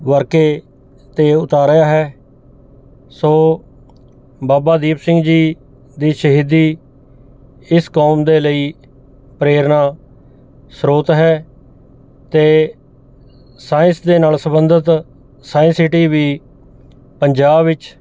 ਵਰਕੇ 'ਤੇ ਉਤਾਰਿਆ ਹੈ ਸੋ ਬਾਬਾ ਦੀਪ ਸਿੰਘ ਜੀ ਦੀ ਸ਼ਹੀਦੀ ਇਸ ਕੌਮ ਦੇ ਲਈ ਪ੍ਰੇਰਨਾ ਸਰੋਤ ਹੈ ਅਤੇ ਸਾਇੰਸ ਦੇ ਨਾਲ ਸੰਬੰਧਿਤ ਸਾਇੰਸ ਸਿਟੀ ਵੀ ਪੰਜਾਬ ਵਿੱਚ